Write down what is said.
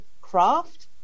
craft